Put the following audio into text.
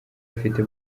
afite